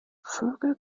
vögel